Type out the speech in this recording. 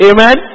Amen